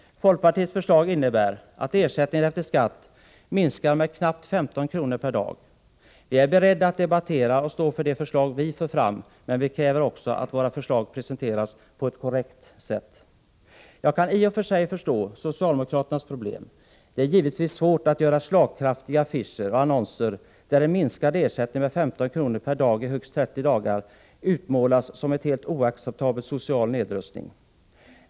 Folkpartiets förslag innebär att ersättningen efter skatt minskar med knappt 15 kr. per dag. Vi är beredda att debattera och stå för de förslag vi för fram, men vi kräver också att våra förslag presenteras på ett korrekt sätt. Jag kan i och för sig förstå socialdemokraternas problem. Det är givetvis svårt att göra slagkraftiga affischer och annonser där en minskad ersättning med 15 kr. per dag i högst 30 dagar utmålas som en helt oacceptabel social nedrustning.